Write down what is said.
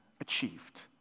achieved